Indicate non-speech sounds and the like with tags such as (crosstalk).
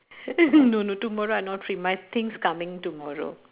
(laughs) no no tomorrow I not free my things coming tomorrow